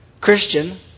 Christian